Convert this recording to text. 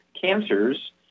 cancers